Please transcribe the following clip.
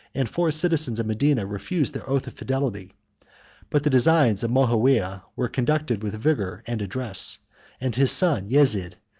and four citizens of medina refused the oath of fidelity but the designs of moawiyah were conducted with vigor and address and his son yezid,